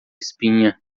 espinha